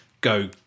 go